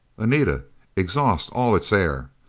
anita exhaust all its air.